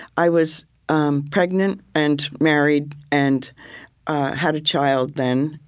i was um pregnant and married and had a child then.